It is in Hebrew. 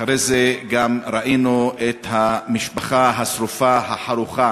אחרי זה גם ראינו את המשפחה השרופה, החרוכה,